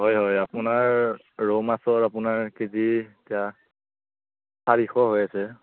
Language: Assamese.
হয় হয় আপোনাৰ ৰৌ মাছৰ আপোনাৰ কেজি এতিয়া চাৰিশ হৈ আছে